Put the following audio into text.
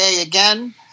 again